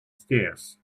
stairs